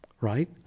right